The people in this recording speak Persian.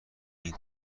این